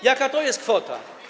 Jaka to jest kwota?